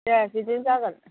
दे बिदिनो जागोन